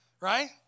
Right